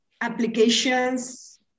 applications